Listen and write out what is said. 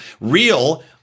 real